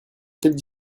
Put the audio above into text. quelle